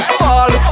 fall